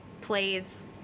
plays